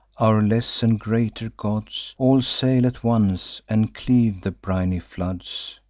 our less and greater gods, all sail at once, and cleave the briny floods.